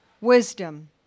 wisdom